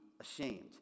ashamed